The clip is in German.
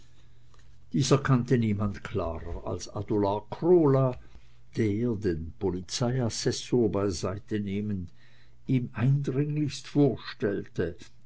dies erkannte niemand klarer als adolar krola der den polizeiassessor beiseite nehmend ihm eindringlichst vorstellte